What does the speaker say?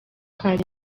kaza